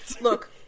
look